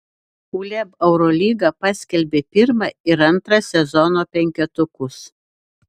uleb eurolyga paskelbė pirmą ir antrą sezono penketukus